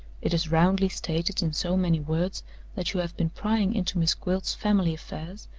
it is roundly stated in so many words that you have been prying into miss gwilt's family affairs,